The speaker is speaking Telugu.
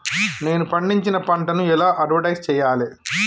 నేను పండించిన పంటను ఎలా అడ్వటైస్ చెయ్యాలే?